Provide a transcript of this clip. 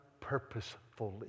purposefully